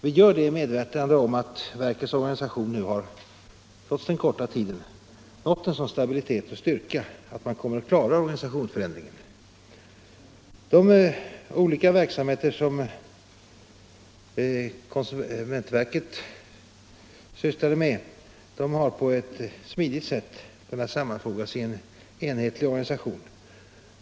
Vi gör det i medvetande om att verkets organisation, trots den korta tiden, nu har nått en sådan stabilitet och styrka att man kommer att klara organisationsförändringen. De olika verksamheter som konsumentverket övertog från sina föregångare har på ett smidigt sätt kunnat sammanfogas i en enhetlig organisation.